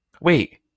Wait